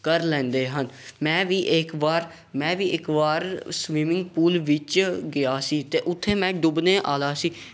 ਕਰ ਲੈਂਦੇ ਹਨ ਮੈਂ ਵੀ ਇੱਕ ਵਾਰ ਮੈਂ ਵੀ ਇੱਕ ਵਾਰ ਸਵਿਮਿੰਗ ਪੂਲ ਵਿੱਚ ਗਿਆ ਸੀ ਅਤੇ ਉੱਥੇ ਮੈਂ ਡੁੱਬਣੇ ਵਾਲਾ ਸੀ